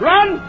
Run